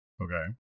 Okay